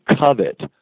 covet